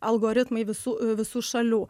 algoritmai visų visų šalių